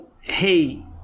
hey